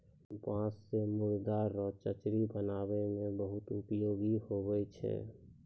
बाँस से मुर्दा रो चचरी बनाय मे बहुत उपयोगी हुवै छै